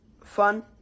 Fun